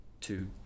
two